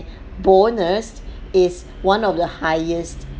bonus is one of the highest